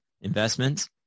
investments